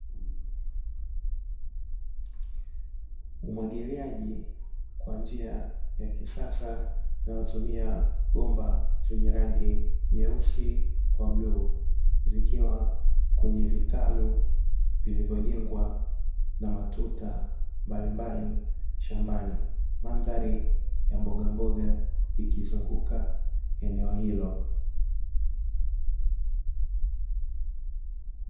Umwagiliaji kwa njia ya kisasa unaotumia bomba zenye rangi nyeusi kwa bluu, zikiwa kwenye vitalu vilivyojengwa na matuta mbalimbali shambani, mandhari ya mbogamboga ikizunguka eneo hilo.